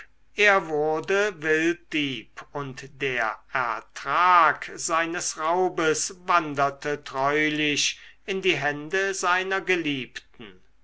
er wurde wilddieb und der ertrag seines raubes wanderte treulich in die hände seiner geliebten